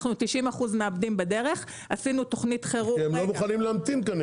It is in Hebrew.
אנחנו מאבדים בדרך 90%. כי כנראה הם לא מוכנים להמתין.